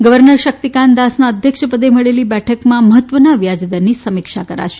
governor Shaktikanta દાસના અધ્યક્ષપદે મળેલી બેઠકમાં મહત્વના વ્યાજદરની સમીક્ષા થશે